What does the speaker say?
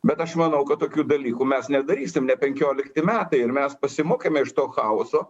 bet aš manau kad tokių dalykų mes nedarysim ne penkiolikti metai ir mes pasimokėme iš to chaoso